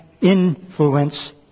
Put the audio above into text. influence